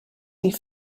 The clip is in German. die